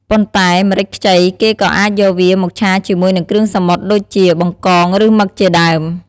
ប៉ុន្តែ ម្រេចខ្ចីគេក៏អាចយកវាមកឆាជាមួយនិងគ្រឿងសមុទ្រដូចជា បង្កង ឬមឹកជាដើម។